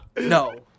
no